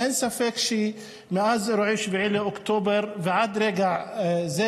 אין ספק שמאז אירועי 7 באוקטובר ועד רגע זה,